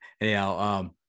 Anyhow